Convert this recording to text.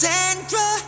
Sandra